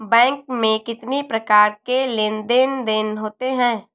Bank में कितनी प्रकार के लेन देन देन होते हैं?